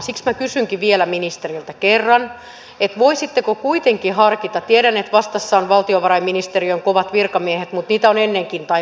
siksi minä kysynkin ministeriltä vielä kerran voisitteko kuitenkin harkita tätä tiedän että vastassa ovat valtiovarainministeriön kovat virkamiehet mutta on niitä ennenkin taivuteltu